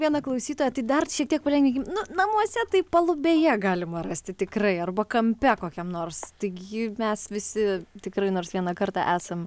vieną klausytoją tai dar šiek tiek palengvinkim nu namuose tai palubėje galima rasti tikrai arba kampe kokiam nors taigi mes visi tikrai nors vieną kartą esam